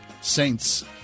Saints